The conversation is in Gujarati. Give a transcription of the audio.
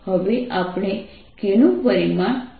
અને a નું પરિમાણ L છે